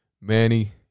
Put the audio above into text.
Manny